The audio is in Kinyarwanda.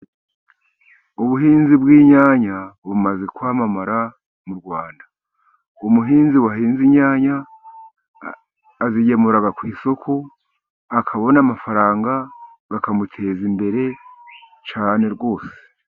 Ubuhinzi bw'inyanya bumaze kwamamara mu Rwanda, umuhinzi wahinze inyanya, azigemura ku isoko, akabona amafaranga, bikamuteza imbere cyane rwose.